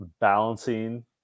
balancing